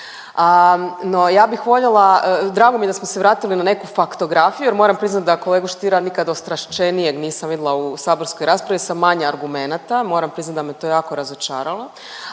drago mi je da smo se vratili na neku faktografiju jer moram priznat da kolegu Stiera nikad ostrašćenijeg nisam vidjela u saborskoj raspravi sa manje argumenata. Moram priznat da me to jako razočarali,